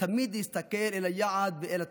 ותמיד להסתכל אל היעד ואל התכלית.